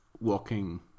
walking